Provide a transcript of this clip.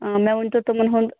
مےٚ ؤنۍتو تِمَن ہُنٛد